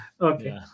Okay